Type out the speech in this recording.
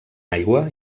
aigua